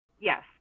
yes